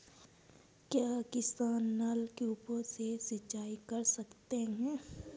क्या किसान नल कूपों से भी सिंचाई कर सकते हैं?